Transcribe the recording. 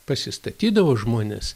pasistatydavo žmonės